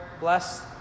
bless